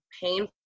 painful